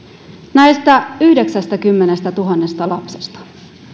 näistä yhdeksästäkymmenestätuhannesta lapsesta